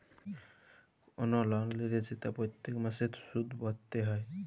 call লল লিলে সেট প্যত্তেক মাসে সুদ ভ্যইরতে হ্যয়